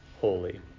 holy